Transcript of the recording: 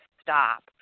stop